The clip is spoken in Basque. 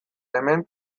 hemen